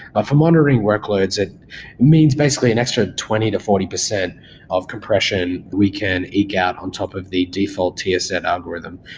ah for monitoring workloads, that means basically an extra twenty percent to forty percent of compression we can eke out on top of the default ts ed algorithm,